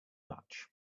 much